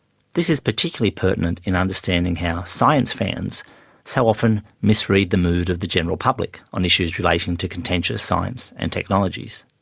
this is particularly pertinent in understanding how science fans so often misread the mood of the general public on issues relating to contentious science and technologies.